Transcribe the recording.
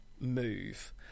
move